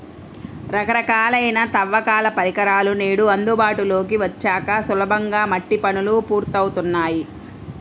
రకరకాలైన తవ్వకాల పరికరాలు నేడు అందుబాటులోకి వచ్చాక సులభంగా మట్టి పనులు పూర్తవుతున్నాయి